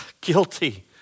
guilty